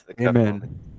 amen